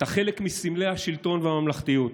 אתה חלק מסמלי השלטון והממלכתיות,